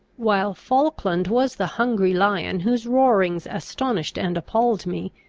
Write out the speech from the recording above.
while falkland was the hungry lion whose roarings astonished and appalled me,